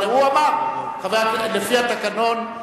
אבל הוא אמר: לפי התקנון,